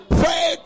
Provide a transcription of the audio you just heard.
pray